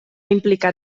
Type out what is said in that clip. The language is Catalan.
implicar